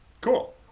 Cool